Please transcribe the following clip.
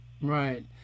Right